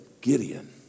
Gideon